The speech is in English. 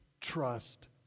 trust